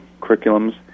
curriculums